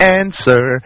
answer